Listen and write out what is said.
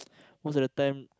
most of the time